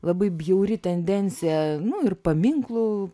labai bjauri tendencija nu ir paminklų